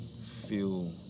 feel